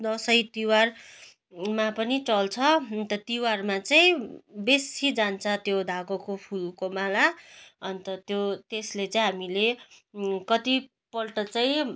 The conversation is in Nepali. दसैँ तिहार मा पनि चल्छ अन्त तिहारमा चाहिँ बेसी जान्छ त्यो धागोको फुलको माला अन्त त्यो त्यसले चाहिँ हामीले कति पल्ट चाहिँ